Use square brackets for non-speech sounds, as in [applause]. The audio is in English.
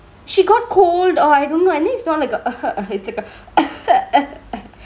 she got cold or I don't know and then it's not like a [noise] it's like a [noise]